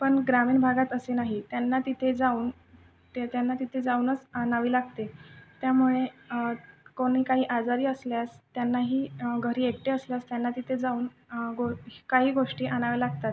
पण ग्रामीण भागात असे नाही त्यांना तिथे जाऊन ते त्यांना तिथे जाऊनच आणावे लागते त्यामुळे कोणी काही आजारी असल्यास त्यांनाही घरी एकटे असल्यास त्यांना तिथे जाऊन गो काही गोष्टी आणाव्या लागतात